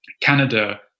Canada